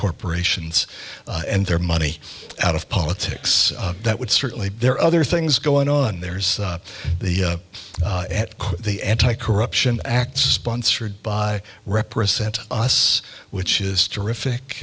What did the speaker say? corporations and their money out of politics that would certainly there are other things going on there's the the anti corruption acts sponsored by represent us which is terrific